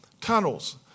Tunnels